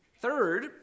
Third